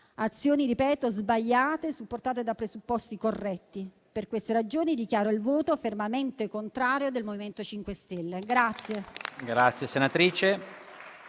azioni sbagliate, supportate da presupposti corretti. Per queste ragioni, dichiaro il voto fermamente contrario del MoVimento 5 Stelle.